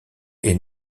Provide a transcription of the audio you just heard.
est